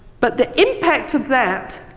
but the impact of that,